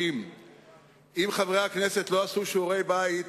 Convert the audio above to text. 30). אם חברי הכנסת לא עשו שיעורי בית,